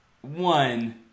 one